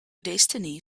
destiny